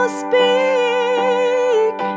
speak